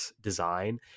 design